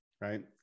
right